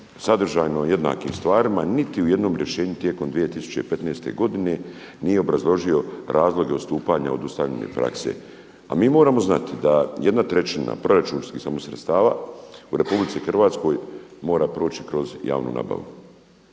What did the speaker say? sadržajno jednakim stvarima niti u jednom rješenju tijekom 2015. godine nije obrazložio razloge odstupanja od ustaljene prakse. A mi moramo znati da 1/3 proračunskih samo sredstava u RH mora proći kroz javnu nabavu.